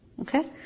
Okay